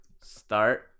start